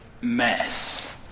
mess